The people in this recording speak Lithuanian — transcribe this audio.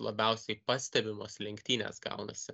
labiausiai pastebimos lenktynės gaunasi